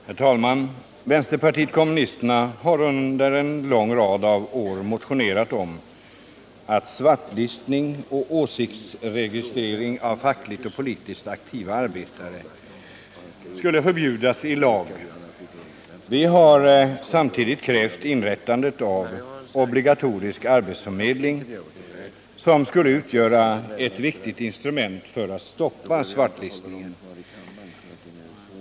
Herr talman! Vänsterpartiet kommunisterna har under en lång rad år motionerat om att svartlistning och åsiktsregistrering av fackligt och politiskt aktiva arbetare skall förbjudas i lag. Vi har samtidigt krävt inrättande av obligatorisk arbetsförmedling, som skulle utgöra ett viktigt instrument för att stoppa svartlistningen.